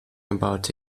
about